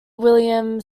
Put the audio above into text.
william